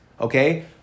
Okay